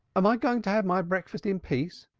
am i going to have my breakfast in peace?